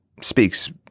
speaks